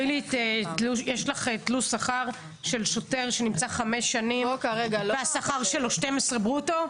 יש לך תלוש שכר של שוטר שנמצא חמש שנים והשכר שלו 12,000 ברוטו?